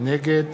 נגד